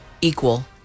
Equal